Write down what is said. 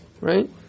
right